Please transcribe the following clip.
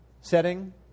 setting